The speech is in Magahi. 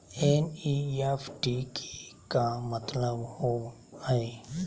एन.ई.एफ.टी के का मतलव होव हई?